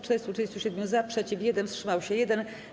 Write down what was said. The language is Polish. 437 - za, przeciw - 1, wstrzymał się 1.